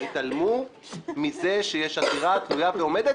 התעלמו מזה שיש עתירה תלויה ועומדת